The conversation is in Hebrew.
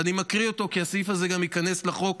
ואני מקריא אותו, כי הסעיף הזה גם ייכנס לחוק.